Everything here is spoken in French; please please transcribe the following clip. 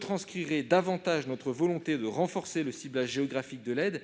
traduirait mieux notre volonté de renforcer le ciblage géographique de l'aide